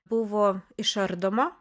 buvo išardoma